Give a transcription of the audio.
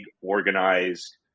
organized